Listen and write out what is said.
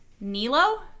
Nilo